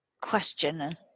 question